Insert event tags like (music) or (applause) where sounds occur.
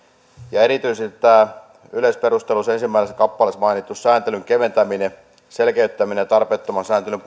ja erityisesti yleisperusteluissa ensimmäisessä kappaleessa mainituissa sääntelyn keventämisessä selkeyttämisessä ja tarpeettoman sääntelyn (unintelligible)